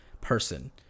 person